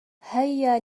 هيا